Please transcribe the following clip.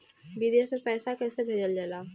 विदेश में पैसा कैसे भेजल जाला?